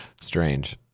Strange